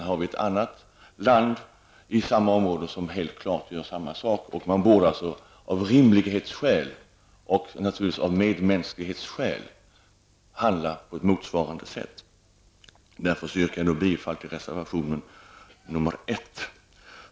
Här finns ett annat land i samma område som helt uppenbart gör samma sak, och man borde alltså av rimlighetsskäl och naturligtvis av medmänsklighetsskäl handla på motsvarande sätt. Jag yrkar därför bifall till reservation nr 1.